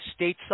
stateside